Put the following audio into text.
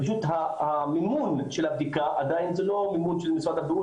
פשוט המימון של הבדיקה עדיין לא מימון של משרד הבריאות,